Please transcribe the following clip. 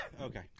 Okay